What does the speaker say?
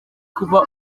kuba